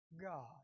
God